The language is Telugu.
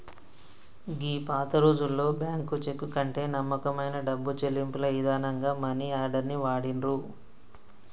గీ పాతరోజుల్లో బ్యాంకు చెక్కు కంటే నమ్మకమైన డబ్బు చెల్లింపుల ఇదానంగా మనీ ఆర్డర్ ని వాడిర్రు